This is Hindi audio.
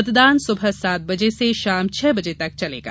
मतदान सुबह सात बजे से शाम छह बजे तक चलेगा